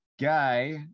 guy